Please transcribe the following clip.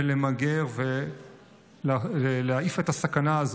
למגר ולהעיף את הסכנה,